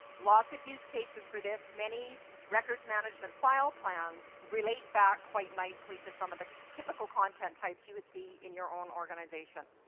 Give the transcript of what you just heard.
lots of use cases for this, many records management file plans relate back quite nicely to some of the typ ical content types you would see in your own organization.